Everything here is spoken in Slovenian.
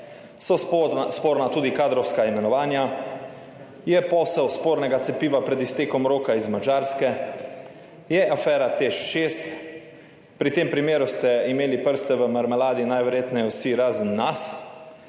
so sporna tudi kadrovska imenovanja. Je posel spornega cepiva pred iztekom roka iz Madžarske, je afera TEŠ 6. Pri tem primeru ste imeli prste v marmeladi najverjetneje vsi, razen nas.